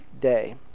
day